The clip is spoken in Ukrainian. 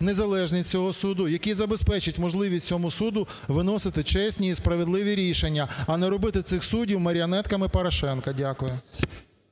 незалежність цього суду, який забезпечить можливість цьому суду виноси чесні і справедливі рішення, а не робити цих суддів маріонетками Порошенка. Дякую.